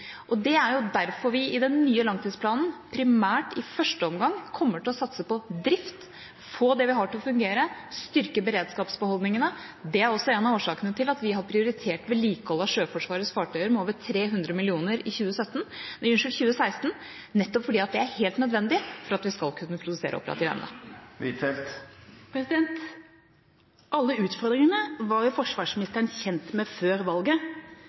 og det er derfor vi i den nye langtidsplanen primært i første omgang kommer til å satse på drift, få det vi har, til å fungere og styrke beredskapsbeholdningene. Det er også en av årsakene til at vi har prioritert vedlikehold av Sjøforsvarets fartøyer med over 300 mill. kr i 2016, nettopp fordi det er helt nødvendig for at vi skal kunne produsere operativ evne. Alle utfordringene var jo forsvarsministeren kjent med før valget,